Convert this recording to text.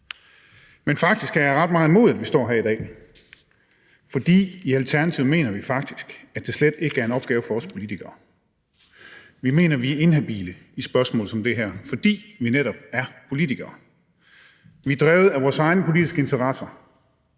Men faktisk er jeg ret meget imod, at vi står her i dag, for vi i Alternativet mener faktisk, at det slet ikke er en opgave for os politikere. Vi mener, at vi er inhabile i spørgsmål som det her, fordi vi netop er politikere. Vi er drevet af vores egne politiske interesser,